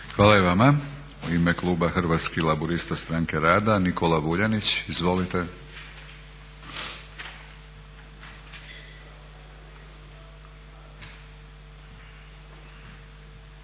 Hvala i vama. U ime kluba Hrvatskih laburista – stranke rada Nikola Vuljanić. Izvolite. **Vuljanić,